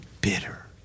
bitter